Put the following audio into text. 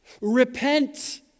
Repent